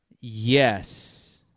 Yes